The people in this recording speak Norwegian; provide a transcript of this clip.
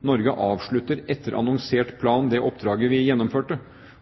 Norge avslutter – etter annonsert plan – det oppdraget vi gjennomførte.